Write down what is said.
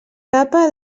capa